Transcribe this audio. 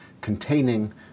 containing